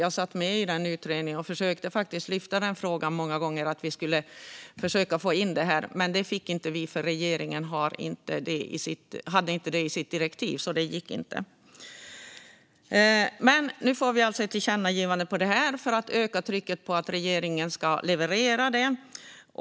Jag satt med i den utredningen och försökte faktiskt många gånger lyfta frågan om att vi skulle försöka få in det här. Det gick inte, eftersom regeringen inte hade det i sitt direktiv. Men nu får vi alltså ett tillkännagivande om det här för att öka trycket på att regeringen ska leverera det.